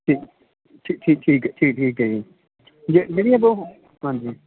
ਠੀਕ ਠੀਕ ਠੀਕ ਠੀਕ ਠੀਕ ਠੀਕ ਹੈ ਜੀ ਜਿਹੜੀਆਂ ਆਪਾਂ ਉਹ ਹਾਂਜੀ